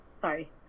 Sorry